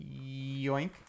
Yoink